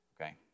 Okay